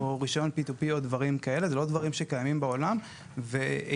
רישיון P2P או דברים כאלה; אלה לא דברים שקיימים בעולם,